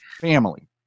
family